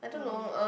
um